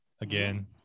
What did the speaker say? again